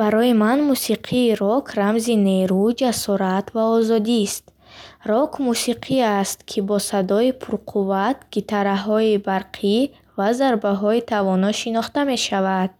Барои ман мусиқии рок рамзи нерӯ, ҷасорат ва озодист. Рок мусиқӣ аст, ки бо садои пурқувват, гитараҳои барқӣ ва зарбаҳои тавоно шинохта мешавад.